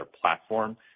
platform